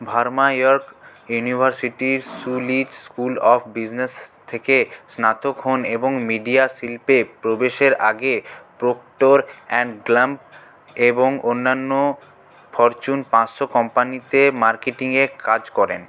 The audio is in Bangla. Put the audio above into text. ভার্মা ইয়র্ক ইউনিভার্সিটির শুলিচ স্কুল অফ বিজনেস থেকে স্নাতক হন এবং মিডিয়া শিল্পে প্রবেশের আগে প্রক্টর অ্যান্ড গ্যাম্বল এবং অন্যান্য ফরচুন পাঁচশো কোম্পানিতে মার্কেটিংয়ে কাজ করেন